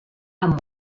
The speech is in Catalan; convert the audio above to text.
amb